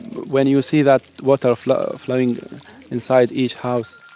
when you see that water flowing flowing inside each house